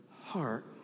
heart